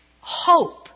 hope